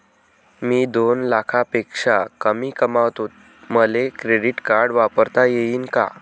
मी दोन लाखापेक्षा कमी कमावतो, मले क्रेडिट कार्ड वापरता येईन का?